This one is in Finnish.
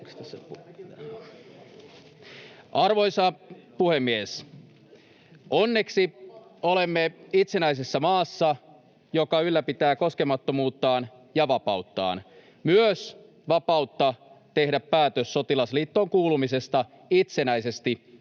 Arvoisa puhemies! Onneksi olemme itsenäisessä maassa, joka ylläpitää koskemattomuuttaan ja vapauttaan — myös vapautta tehdä päätös sotilasliittoon kuulumisesta itsenäisesti